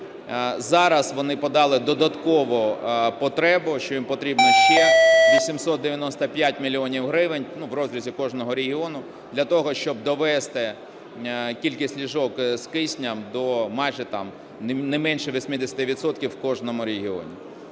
Зараз вони подали додатково потребу, що їм потрібно ще 895 мільйонів гривень в розрізі кожного регіону для того, щоб довести кількість ліжок з киснем до майже там не менше 80 відсотків у кожному регіоні.